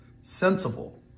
sensible